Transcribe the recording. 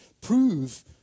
prove